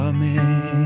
Amen